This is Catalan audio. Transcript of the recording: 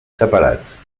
separats